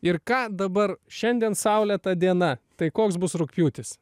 ir ką dabar šiandien saulėta diena tai koks bus rugpjūtis